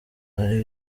hari